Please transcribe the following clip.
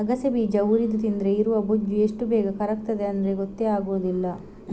ಅಗಸೆ ಬೀಜ ಹುರಿದು ತಿಂದ್ರೆ ಇರುವ ಬೊಜ್ಜು ಎಷ್ಟು ಬೇಗ ಕರಗ್ತದೆ ಅಂದ್ರೆ ಗೊತ್ತೇ ಆಗುದಿಲ್ಲ